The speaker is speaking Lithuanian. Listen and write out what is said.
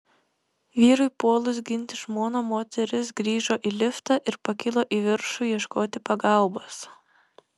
vyrui puolus ginti žmoną moteris grįžo į liftą ir pakilo į viršų ieškoti pagalbos